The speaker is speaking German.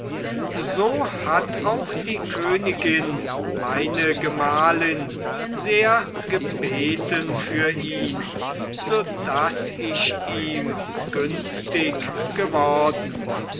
so hat auch die königin meine gemahlin sehr gebeten für ihn so daß ich ihm günstig geworden